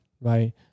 right